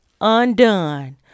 undone